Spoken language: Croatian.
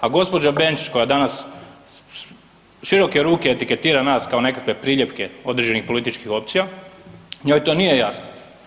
A gospođa Benčić koja danas široke ruke etiketira kao nekakve priljepke određenih političkih opcija njoj to nije jasno.